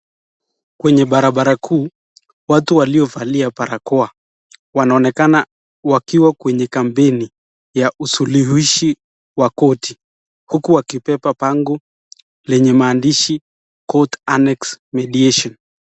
Kwenye barabara kuu, watu waliovalia barakoa, wanaonekana wakiwa kwenye kampeini ya usuluhishi wa koti huku wakibeba bango lenye maandishi [ court annex mediation].